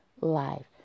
life